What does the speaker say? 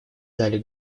зале